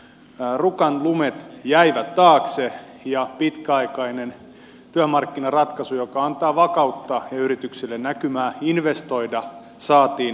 rukan lumet jäivät taakse ja pitkäaikainen työmarkkinaratkaisu joka antaa vakautta ja yrityksille näkymää investoida saatiin aikaiseksi